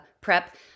prep